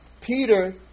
Peter